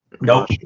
Nope